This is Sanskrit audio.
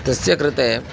तस्य कृते